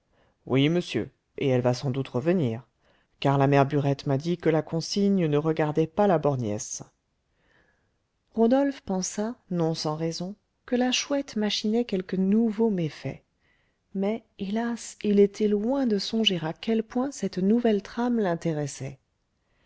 oui monsieur et elle va sans doute revenir car la mère burette m'a dit que la consigne ne regardait pas la borgnesse rodolphe pensa non sans raison que la chouette machinait quelque nouveau méfait mais hélas il était loin de songer à quel point cette nouvelle trame l'intéressait